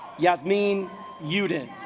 yacht mean you didn't